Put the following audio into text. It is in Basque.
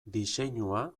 diseinua